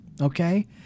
okay